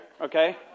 Okay